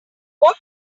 were